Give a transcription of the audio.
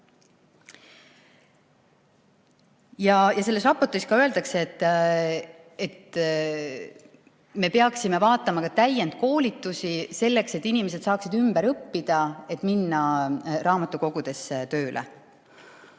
Selles raportis öeldakse, et me peaksime [pakkuma] ka täiendkoolitusi selleks, et inimesed saaksid ümber õppida, et minna raamatukogudesse tööle.